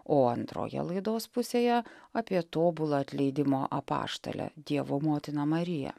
o antroje laidos pusėje apie tobulą atleidimo apaštalę dievo motiną mariją